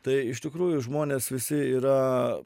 tai iš tikrųjų žmonės visi yra